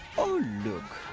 oh look!